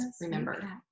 remember